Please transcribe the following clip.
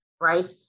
right